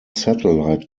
satellite